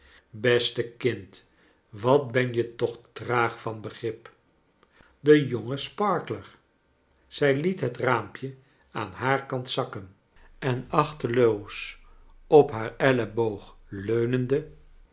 beste kind wat ben je toch traag van begrip de jonge sparkler zij liet het raampje aan haar kant zakken en achteloos op haar elleboog leunende